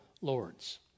lords